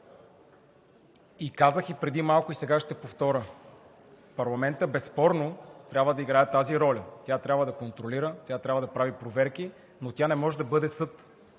Казах и преди малко и сега ще повторя: парламентът безспорно трябва да играе тази роля. Той трябва да контролира, той трябва да прави проверки, но той не може да бъде съд.